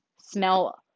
smell